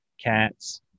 cats